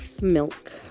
Milk